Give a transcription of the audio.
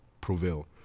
prevail